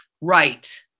right